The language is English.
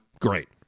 Great